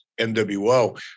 NWO